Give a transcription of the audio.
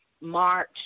March